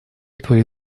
твои